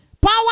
Power